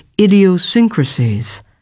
idiosyncrasies